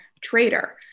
trader